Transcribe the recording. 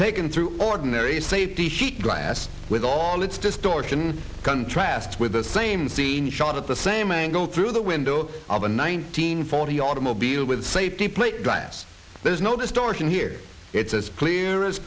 taken through ordinary safety sheet glass with all its distortion contrast with the same scene shot at the same angle through the window of a nineteen forty automobile with safety plate glass there's no distortion here it's as clear as